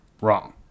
wrong